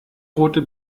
rote